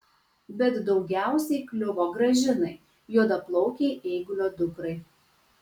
bet daugiausiai kliuvo gražinai juodaplaukei eigulio dukrai